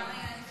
סליחה,